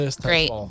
great